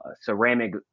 ceramic